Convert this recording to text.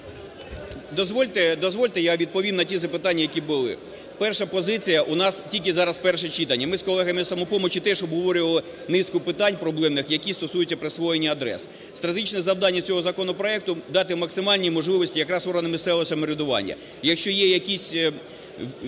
дозвольте я відповім на ті запитання які були. Перша позиція у нас тільки зараз перше читання. Ми з колегами з "Самопомочі" теж обговорювали низку питань проблемних які стосуються присвоєння адрес. Стратегічне завдання цього законопроекту - дати максимальні можливості якраз органам місцевого самоврядування. Якщо є якісь